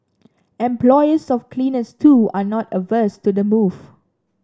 employers of cleaners too are not averse to the move